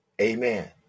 Amen